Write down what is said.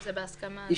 ההסכמה.